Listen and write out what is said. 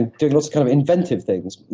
doing lots kind of inventive things.